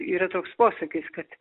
yra toks posakis kad